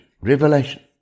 revelation